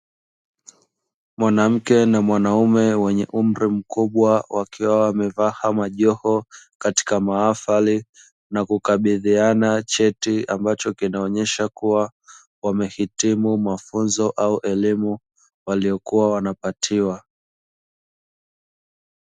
Mwanamke na mwanaume wenye umri mkubwa, wakiwa wamevaa majoho katika mahafali na kukabidhiana cheti ambacho kinaonyesha kuwa wamehitimu mafunzo au elimu waliokuwa wanapatiwa.